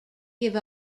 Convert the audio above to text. give